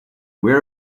where